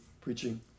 preaching